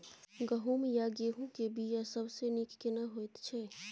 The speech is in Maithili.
गहूम या गेहूं के बिया सबसे नीक केना होयत छै?